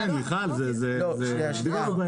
כן, מיכל, לא יהיה פה שום ייבוא מקביל.